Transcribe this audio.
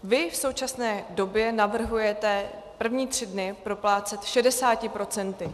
Vy v současné době navrhujete první tři dny proplácet 60 %.